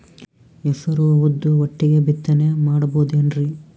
ಹೆಸರು ಉದ್ದು ಒಟ್ಟಿಗೆ ಬಿತ್ತನೆ ಮಾಡಬೋದೇನ್ರಿ?